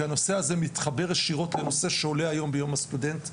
כי הנושא הזה מתחבר ישירות לנושא שעולה היום ביום הסטודנט,